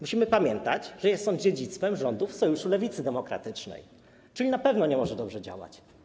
Musimy pamiętać, że jest on dziedzictwem rządów Sojuszu Lewicy Demokratycznej, czyli na pewno nie może dobrze działać.